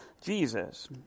Jesus